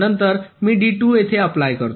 नंतर मी D2 इथे अप्लाय करतो